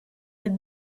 had